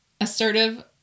assertive